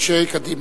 אנשי קדימה.